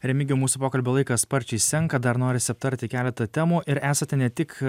remigijau mūsų pokalbio laikas sparčiai senka dar norisi aptarti keletą temų ir esate ne tik